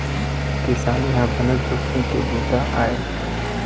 किसानी ह बनेच जोखिम के बूता आय